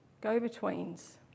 go-betweens